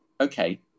okay